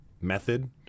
method